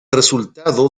resultado